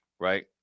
right